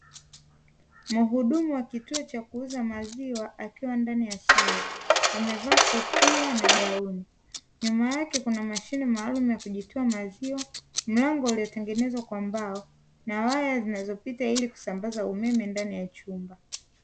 Mhudumu wa kituo cha kuuza maziwa, akiwa ndani ya sare, amevaa kofia na gauni. Nyuma yake Kuna mashine maalumu ya kutoa maziwa, mlango uliotengenezwa kwa mbao na waya zinazopita ili kusambaza umeme ndani ya chumba.